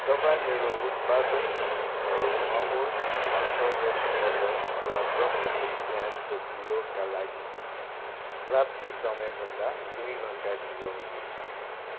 तपाईँ मेरा उत्पादनहरू अमुल अन्साल्टेड बटर र प्राकृतिक पियाजको धुलोका लागि प्राप्ति समयभन्दा दुई घन्टा ढिलो हुनुहुन्छ